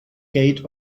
gate